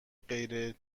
غیر